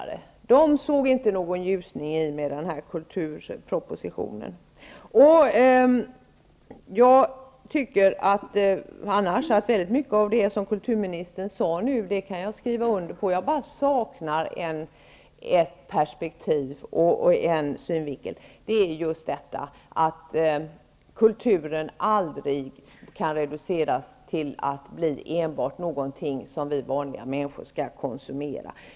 De såg inte någon ljusning i och med kulturpropositionen. Väldigt mycket av det som kulturministern sade nu kan jag skriva under på. Jag bara saknar ett perspektiv, och det är just detta att kulturen aldrig kan reduceras till att bli enbart någonting som vi vanliga människor kan konsumera.